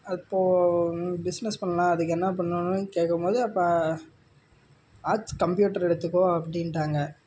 அப்போது பிஸ்னஸ் பண்ணலாம் அதுக்கு என்ன பண்ணணுன்னு கேக்கும் பொது அப்போ ஆர்ட்ஸ் கம்ப்யூட்ரு எடுத்துக்கோ அப்படின்ட்டாங்க